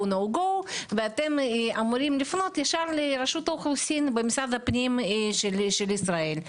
נו גו ואתם אמורים לפנות ישר לרשות האוכלוסין במשרד הפנים של ישראל.